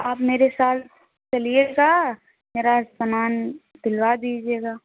आप मेरे साथ चलिएगा मेरा समान दिलवा दीजिएगा